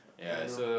yea so